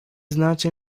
znacie